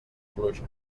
pluja